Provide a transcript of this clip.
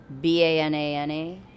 B-A-N-A-N-A